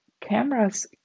Cameras